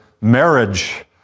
marriage